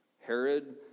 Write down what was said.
Herod